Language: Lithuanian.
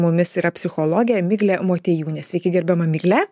mumis yra psichologė miglė motiejūniė sveiki gerbiama migle